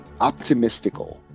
Optimistical